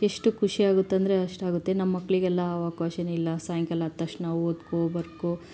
ಎಷ್ಟು ಖುಷಿ ಆಗುತ್ತೆ ಅಂದರೆ ಅಷ್ಟಾಗುತ್ತೆ ನಮ್ಮ ಮಕ್ಕಳಿಗೆಲ್ಲ ಆ ಅವಕಾಶನೇ ಇಲ್ಲ ಸಾಯಂಕಾಲ ಆದ ತಕ್ಷಣ ಓದ್ಕೋ ಬರ್ಕೋ